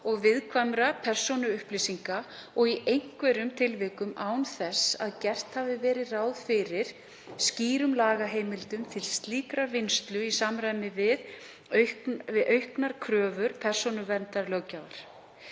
og viðkvæmra persónuupplýsinga og í einhverjum tilvikum án þess að gert hafi verið ráð fyrir skýrum lagaheimildum til slíkrar vinnslu í samræmi við auknar kröfur persónuverndarlöggjafar.